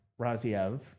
Raziev